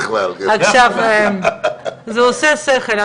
אנחנו בסעיף ההגדרות,